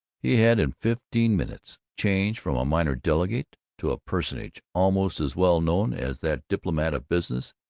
he had in fifteen minutes changed from a minor delegate to a personage almost as well known as that diplomat of business,